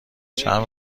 چند